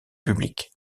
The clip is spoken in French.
public